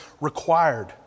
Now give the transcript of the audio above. required